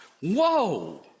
Whoa